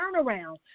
turnaround